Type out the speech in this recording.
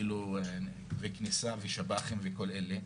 בכניסה כשב"חים וכל אלה,